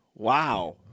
Wow